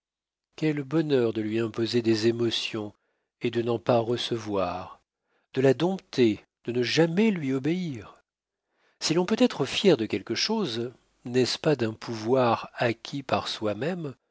quel bonheur de lui imposer des émotions et de n'en pas recevoir de la dompter de ne jamais lui obéir si l'on peut être fier de quelque chose n'est-ce pas d'un pouvoir acquis par soi-même